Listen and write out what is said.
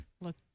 look